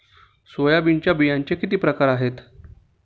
सोयाबीनच्या बियांचे किती प्रकार आहेत?